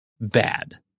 bad